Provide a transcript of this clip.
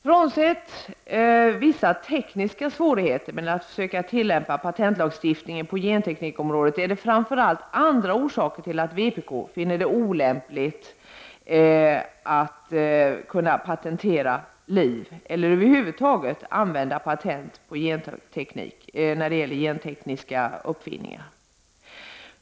Frånsett vissa tekniska svårigheter med att försöka tillämpa patentlagstiftningen på genteknikområdet är det framför allt andra orsaker till att vpk fin ner det olämpligt att patentera liv eller att över huvud taget använda patent när det gäller gentekniska uppfinningar.